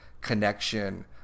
connection